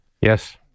Yes